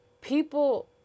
people